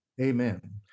Amen